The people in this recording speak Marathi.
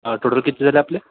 टोटल किती झाले आपले